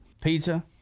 Pizza